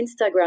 Instagram